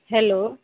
hello